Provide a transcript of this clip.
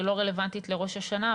היא לא רלוונטית לראש השנה,